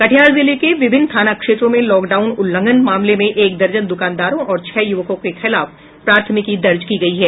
कटिहार जिले के विभिन्न थाना क्षेत्रों में लॉकडाउन उल्लंघन मामले में एक दर्जन दुकानदारों और छह युवकों के खिलाफ प्राथमिकी दर्ज की गयी है